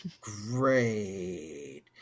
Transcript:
great